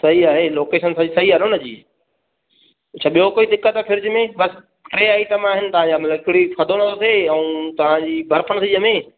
सही आहे लोकेशन त सही सही आहे न उनजी ॿियो कोई दिकत फिरिज बसि टे आईटम आहिनि तव्हांजा मतिलब हिकु हीअ थदो न थो थिए ऐं तव्हांजी बर्फ न थी ॼमे